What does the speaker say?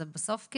זה בסוף,